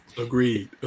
Agreed